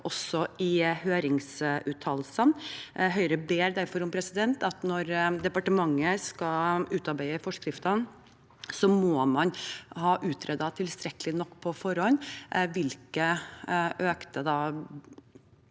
fram i høringsuttalelsene. Høyre ber derfor om at når departementet skal utarbeide forskriftene, må en ha utredet tilstrekkelig nok på forhånd hvilke økte